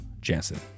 Jansen